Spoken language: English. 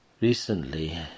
recently